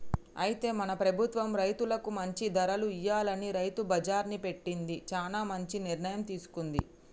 అయితే మన ప్రభుత్వం రైతులకు మంచి ధరలు ఇయ్యాలని రైతు బజార్ని పెట్టింది చానా మంచి నిర్ణయం తీసుకుంది